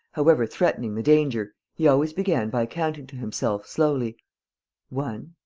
however threatening the danger, he always began by counting to himself, slowly one.